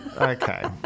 Okay